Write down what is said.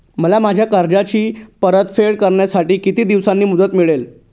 मला माझ्या कर्जाची परतफेड करण्यासाठी किती दिवसांची मुदत मिळेल?